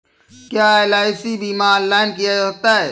क्या एल.आई.सी बीमा ऑनलाइन किया जा सकता है?